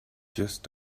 just